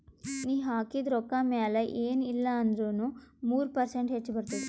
ನೀ ಹಾಕಿದು ರೊಕ್ಕಾ ಮ್ಯಾಲ ಎನ್ ಇಲ್ಲಾ ಅಂದುರ್ನು ಮೂರು ಪರ್ಸೆಂಟ್ರೆ ಹೆಚ್ ಬರ್ತುದ